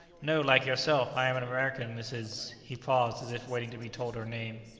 no like yourself, i am an american, mrs. he paused, as if waiting to be told her name.